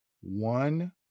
one